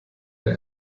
der